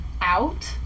out